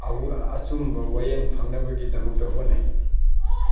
ꯑꯆꯨꯝꯕ ꯋꯥꯌꯦꯜ ꯐꯪꯅꯕꯒꯤꯗꯃꯛꯇ ꯍꯣꯠꯅꯩ